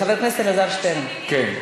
חבר הכנסת אלעזר שטרן, כן.